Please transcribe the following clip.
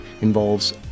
involves